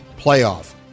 playoff